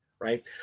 right